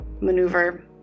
maneuver